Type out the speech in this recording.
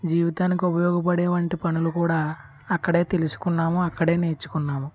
జీవితానికి ఉపయోగపడేవంటి పనులు కూడా అక్కడే తెలుసుకున్నాము అక్కడే నేర్చుకున్నాము